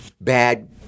bad